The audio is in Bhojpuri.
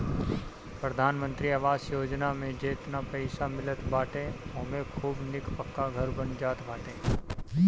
प्रधानमंत्री आवास योजना में जेतना पईसा मिलत बाटे ओमे खूब निक पक्का घर बन जात बाटे